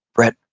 brett,